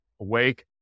awake